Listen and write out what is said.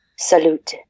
Salute